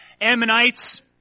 Ammonites